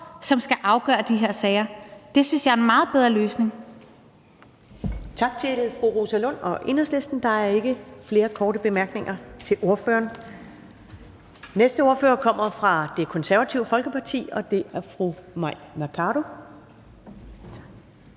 som skal afgøre de her sager. Det synes jeg er en meget bedre løsning.